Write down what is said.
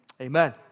Amen